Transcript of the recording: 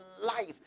life